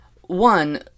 one